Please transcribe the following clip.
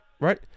Right